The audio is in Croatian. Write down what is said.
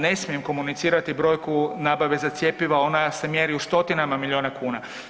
Ne smijem komunicirati brojku nabave za cjepiva, ona se mjeri u stotinama milijuna kuna.